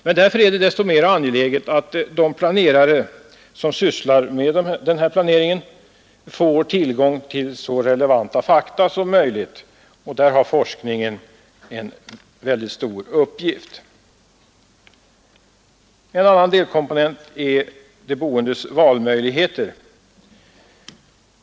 Men därför är det desto mera angeläget att de som sysslar med den här planeringen får tillgång till så relevanta fakta som möjligt, och i det sammanhanget har forskningen en väldigt stor uppgift. En annan delkomponent är de boendes valmöjligheter.